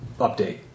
update